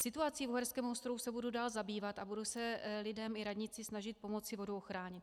Situací v Uherském Ostrohu se budu dál zabývat a budu se lidem i radnici snažit pomoci vodu uchránit.